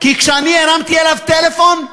כי כשאני הרמתי אליו טלפון,